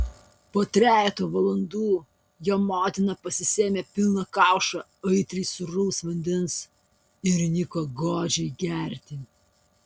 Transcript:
po trejeto valandų jo motina pasisėmė pilną kaušą aitriai sūraus vandens ir įniko godžiai gerti